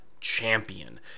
Champion